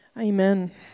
Amen